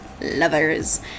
lovers